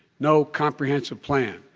no comprehensive plan.